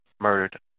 murdered